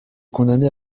condamné